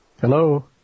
Hello